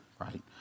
right